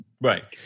Right